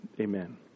amen